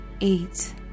Eight